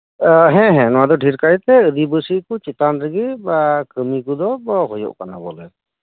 ᱦᱮᱸ ᱦᱮᱸ ᱱᱚᱣᱟᱫᱚ ᱵᱤᱥᱮᱠ ᱠᱟᱭᱛᱮ ᱟᱹᱫᱤᱵᱟᱹᱥᱤ ᱠᱩ ᱪᱮᱛᱟᱱ ᱨᱮᱜᱤ ᱠᱟᱹᱢᱤ ᱠᱚᱫᱚ ᱦᱩᱭᱩᱜ ᱠᱟᱱᱟ ᱵᱚᱞᱮ